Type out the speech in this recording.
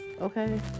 okay